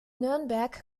nürnberg